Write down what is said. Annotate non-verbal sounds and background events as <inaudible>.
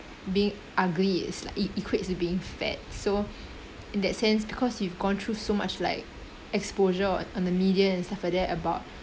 being ugly is it equates to being fat so <breath> in that sense because you've gone through so much like exposure or on the media and stuff like that about